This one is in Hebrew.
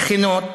שכנות,